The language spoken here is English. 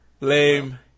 lame